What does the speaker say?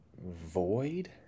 Void